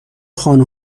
خانه